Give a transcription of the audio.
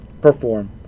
perform